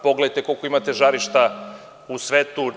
Pogledajte koliko imate žarišta u svetu.